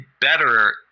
better